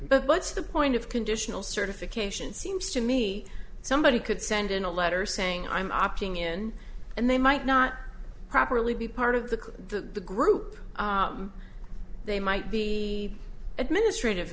but what's the point of conditional certification seems to me somebody could send in a letter saying i'm opting in and they might not properly be part of the the group they might be administrative